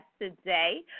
today